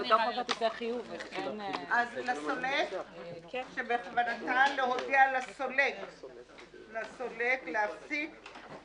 "להודיע לספק שבכוונתה להודיע לסולק להפסיק